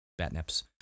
Batnips